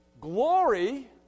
glory